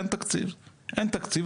אין תקציב?